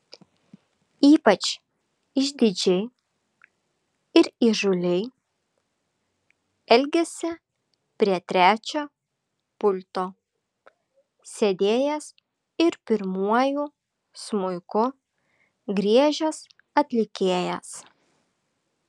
ypač išdidžiai ir įžūliai elgėsi prie trečio pulto sėdėjęs ir pirmuoju smuiku griežęs atlikėjas